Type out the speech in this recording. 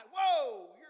Whoa